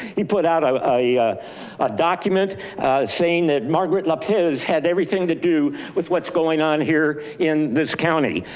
he put out a document saying that margaret lopez had everything to do with what's going on here in this county.